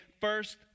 first